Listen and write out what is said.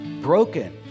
broken